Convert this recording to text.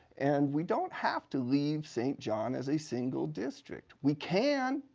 and we don't have to leave st. john as a single district. we can.